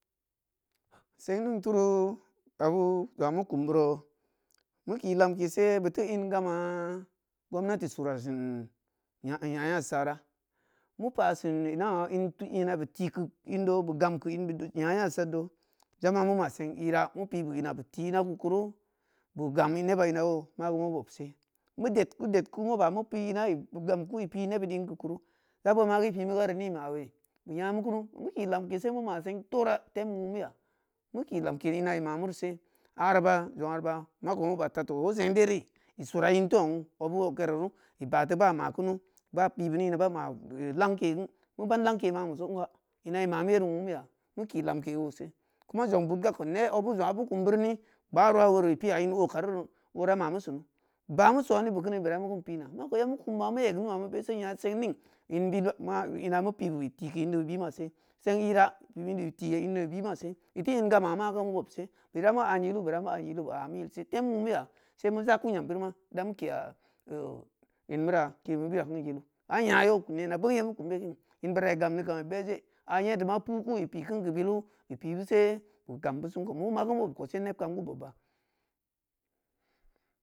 Song ning turu abu zong’a meu kum beuro meu ki lamkese beu teu in gama gomnati surasin nya-nya-nya sara meu pasin inah-ina beu ti keu indo be gam keu in beudo nya-nya saddo ja mameu ma seng ira meu pobeu ina beuti ina keu kuru beu gami neba ina yoo ma geu meu bobse meu ded ku-dedku meu ba meu pina ina i gam ku i nebeud in keu kuru ja bonou i pi mugari ni ma we i nya meu kunu meu ki lamkese meu ma seng torah tem wuumeya meu ki lamke ina i ma merise ariba makou meu bata tooh seng deri i sura in teu ong abu wagkere ru i ba teu ba ma kunu ba pi bini ini ba ma langke geu meu ban lanke ma be song ga ina i ma meu yeri nwuumiya meu ki lamke ose kuma zong budga kou ne obu zong’a beu kum beu rine gbaarowa i piya in o karuro ora ina meu sanu ba meu sone bekeuni geu beu dami kin pina ma kou ya meu kum ma meu egnu’a meu bese nya seng ni ina ineu pi beu i ti keu indi i bima se seng irah ini meu pi beu iti keu indi i bunase i teu in gama ma geu meu bobse ida meu an yilu ida meu an yilu beu a meu inse tem wuumiya sei meu ja ku yambirma damou keya keu in meura kidmeu bira kin yilu ha nya yoo keu nena boo meu kum ye kini in beura i gamdi-gam i bee a yeddi ma puuku i pikin keu bilu i pi beuse i gam beu sen kou abu beu bob kou song kou neb kam geu bobba.